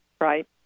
right